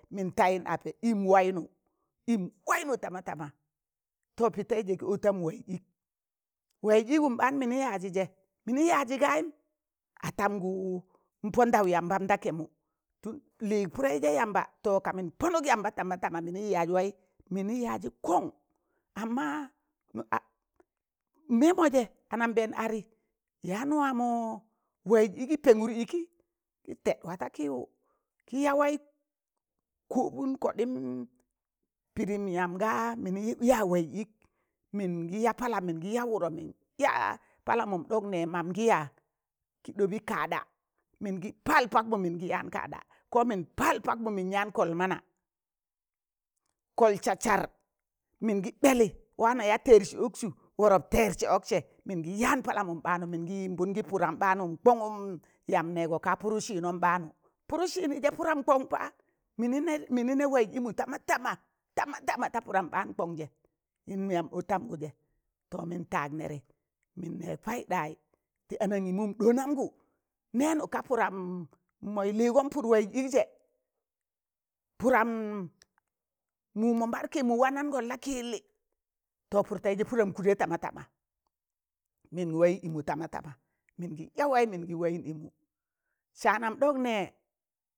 Mịn tayịn apẹ ịm waịnụ ịm waịnụ tama tama, to pị taịzẹ gan otamụ waịz ịk waịz igụn ɓaan mịnị yaazị sẹ mịnị yaazị gayịm atamgụ pọndọụ yambam ɓaan da kẹmụ lịịg pụdẹị zẹ yamba to ka mịn pọnụk yamba tama tama mịnị yaz waị, mịnị yazị kọng amma mịmọ jẹ anambẹẹn adị yaan wamo waịz ịkị pẹngụr ịkị ti tẹd wa da kịwụ, kị yawaị kọbụn kọɗịm pịdịm yam gaa mịnị ya waịz ịk mịn gị ya palam mịngị ya wụro mịn ya palamụm ɗọk nam mam gị ya kị ɗobị kaɗa. mịngị pal pakmụ mịn gị yaan kaɗa ko mịn pal pakmụ mịn gị yaan kọl mana, kọl sasar mịn gị bẹlị waana ya tẹrsị oksu worop tersi ukse mịn gị yaan palam ɓaanụ mịn gị yịmbụn gị pụdam ɓaanu kwangụm yam nẹẹgọ ka pụrụ sịnọm ɓaanụ pụrụ sịnnẹ jẹ pụdọm kọng pa mịnị nẹ waịz ịmụ tamatama, tama tama ta pụdam baan kọng zẹm yamba ọndamgụ zẹ to mịn tag nẹrị mịn nẹg payịnɗayị tị anangịmụm ɗọọnọmgụ, nẹnụ ga pụdam mọị lịịgọm pụrụ waịz ịk zẹ, pụdam mụ mọ mad kịmụ wanangọn la kị yịllị to pụt taịzẹ pụdam kụdẹ tama tama mịn waị ịmụ tama tama mịngị ya waị min gi wai ịmụ saanam ɗọk nẹ.